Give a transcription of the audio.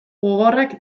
gogorrak